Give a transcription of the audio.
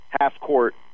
half-court